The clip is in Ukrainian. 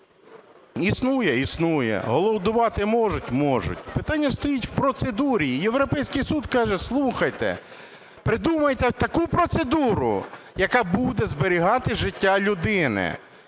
Існує? Існує. Голодувати можуть? Можуть. Питання стоїть в процедурі. Європейський суд каже, слухайте, придумайте таку процедуру, яка буде зберігати життя людини.